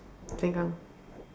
Sengkang